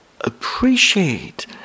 appreciate